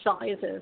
sizes